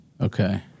Okay